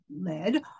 led